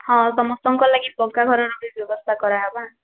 ହଁ ସମସ୍ତଙ୍କର୍ ଲାଗି ପକ୍କା ଘରର୍ ବି ବ୍ୟବସ୍ଥା କରାହେବା